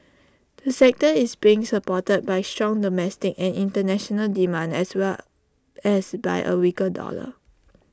the sector is being supported by strong domestic and International demand as well as by A weaker dollar